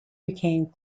became